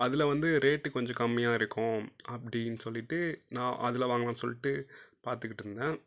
அதில் வந்து ரேட்டு கொஞ்சம் கம்மியாக இருக்கும் அப்படின்னு சொல்லிட்டு நான் அதில் வாங்கலானு சொல்லிட்டு பார்த்துக்கிட்ருந்தேன்